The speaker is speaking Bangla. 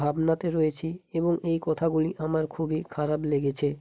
ভাবনাতে রয়েছি এবং এই কথাগুলি আমার খুবই খারাপ লেগেছে